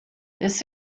this